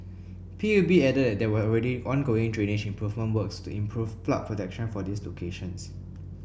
P U B added that there were already ongoing drainage improvement works to improve flood protection for these locations